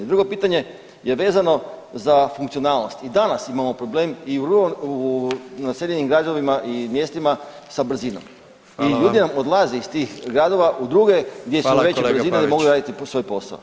Drugo pitanje je vezano za funkcionalnost i danas imamo problem i u naseljenim gradovima i mjestima sa brzinom i ljudi nam odlaze iz tih gradova u druge gdje su veće brzine da mogu raditi svoj posao.